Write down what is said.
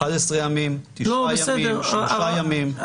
11 ימים, תשעה ימים, שלושה ימים.